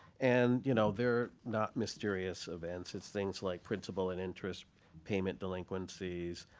and you know they're not mysterious events. it's things like principal and interest payment delinquencies,